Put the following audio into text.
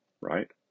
right